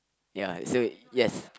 ya so yes